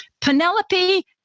Penelope